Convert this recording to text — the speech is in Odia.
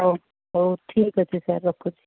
ହଉ ହଉ ଠିକ୍ ଅଛି ସାର୍ ରଖୁଛି